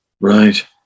right